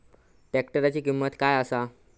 ट्रॅक्टराची किंमत काय आसा?